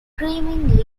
screaming